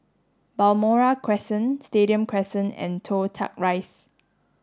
Balmoral Crescent Stadium Crescent and Toh Tuck Rise